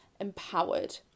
empowered